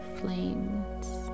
flames